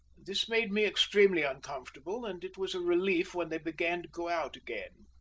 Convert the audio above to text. this made me extremely uncomfortable, and it was a relief when they began to go out again.